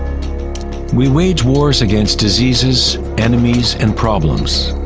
we wage wars against diseases, enemies and problems.